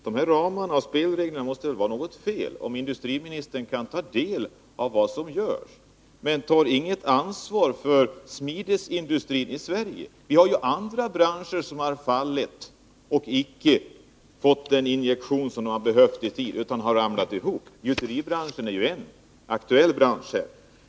Herr talman! Det måste vara något fel på ramarna och spelreglerna om industriministern kan ta del av vad som görs men inte tar något ansvar för smidesindustrin i Sverige. Vi har andra branscher som har fallit och som icke i tid fått den injektion som behövts för att inte ramla ihop. Gjuteribranschen är ett aktuellt exempel.